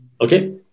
Okay